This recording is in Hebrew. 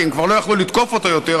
כי הם כבר לא יכלו לתקוף אותו יותר,